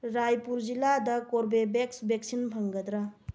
ꯔꯥꯏꯄꯨꯔ ꯖꯤꯂꯥꯗ ꯀꯣꯔꯕꯦꯕꯦꯛꯁ ꯕꯦꯛꯁꯤꯟ ꯐꯪꯒꯗ꯭ꯔꯥ